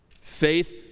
Faith